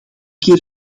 keer